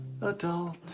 adult